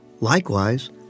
Likewise